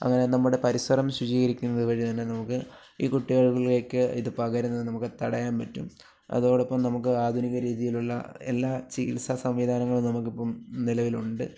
അങ്ങനെ നമ്മുടെ പരിസരം ശുചീകരിക്കുന്നതുവഴിതന്നെ നമുക്ക് ഈ കുട്ടികളിലേക്ക് ഇത് പകരുന്ന നമുക്ക് തടയാൻ പറ്റും അതോടൊപ്പം നമുക്ക് ആധുനിക രീതിയിലുള്ള എല്ലാ ചികിത്സാ സംവിധാനങ്ങളും നമുക്കിപ്പം നിലവിലുണ്ട്